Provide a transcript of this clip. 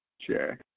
Sure